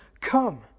come